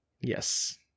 Yes